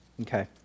Okay